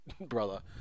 brother